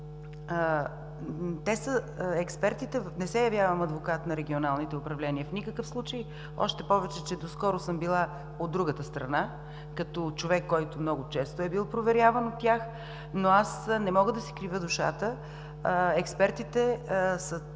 от страната. Не се явявам адвокат на регионалните управления в никакъв случай, още повече доскоро съм била от другата страна, като човек, който много често е бил проверяван от тях, но аз не мога да си кривя душата – експертите са